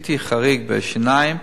עשיתי חריג בנושא השיניים,